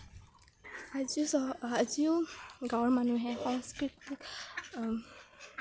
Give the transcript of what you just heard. আজিও আজিও গাঁৱৰ মানুহে সংস্কৃতিক লৈ